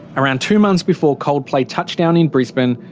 around two months before coldplay touch down in brisbane,